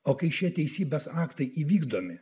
o kai šie teisybės aktai įvykdomi